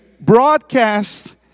broadcast